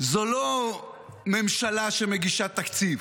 זו לא ממשלה שמגישה תקציב,